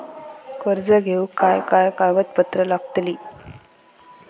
कर्ज घेऊक काय काय कागदपत्र लागतली?